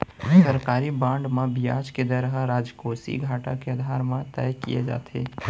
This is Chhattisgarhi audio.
सरकारी बांड म बियाज के दर ह राजकोसीय घाटा के आधार म तय किये जाथे